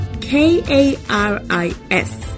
K-A-R-I-S